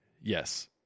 Yes